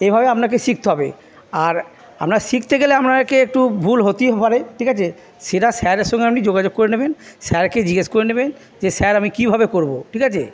এভাবে আপনাকে শিখতে হবে আর আপনার শিখতে গেলে আপনাকে একটু ভুল হতেই পারে ঠিক আছে সেটা স্যারের সঙ্গে আপনি যোগাযোগ করে নেবেন স্যারকে জিজ্ঞেস করে নেবেন যে স্যার আমি কীভাবে করব ঠিক আছে